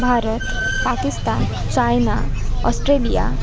Bharat Pakistan China Australia